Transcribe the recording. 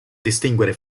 distinguere